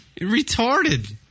Retarded